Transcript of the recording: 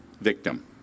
victim